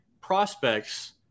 prospects